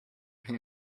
here